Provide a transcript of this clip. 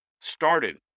started